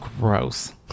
gross